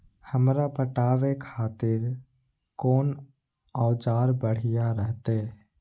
हमरा पटावे खातिर कोन औजार बढ़िया रहते?